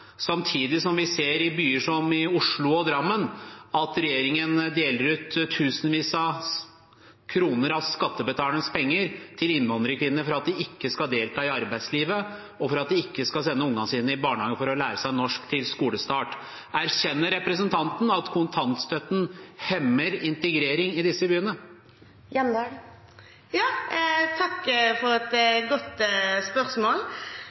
samtidig som vi i byer som Oslo og Drammen ser at regjeringen deler ut tusenvis av kroner av skattebetalernes penger til innvandrerkvinner for at de ikke skal delta i arbeidslivet, og for at de ikke skal sende ungene sine i barnehagen for å lære seg norsk til skolestart. Erkjenner representanten at kontantstøtten hemmer integrering i disse byene? Takk for et godt spørsmål.